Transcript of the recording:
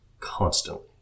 Constantly